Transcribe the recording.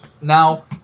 Now